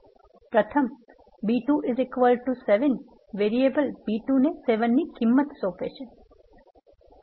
પ્રથમ b2 7 variable b2 ને 7 ની કિંમત સોંપે છે